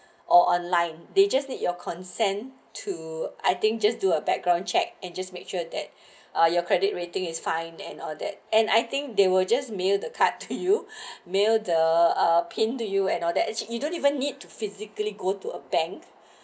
or online they just need your consent to I think just do a background check and just make sure that ah your credit rating is fine and all that and I think they will just mail the card to you mail the pin uh to you and all that actually you don't even need to physically go to a bank